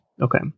Okay